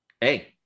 hey